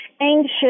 anxious